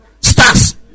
stars